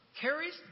carries